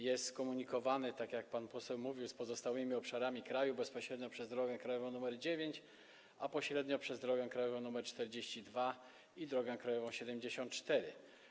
Jest skomunikowany, tak jak pan poseł mówił, z pozostałymi obszarami kraju bezpośrednio przez drogę krajową nr 9, a pośrednio przez drogę krajową nr 42 i drogę krajową nr 74.